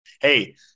Hey